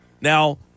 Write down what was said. Now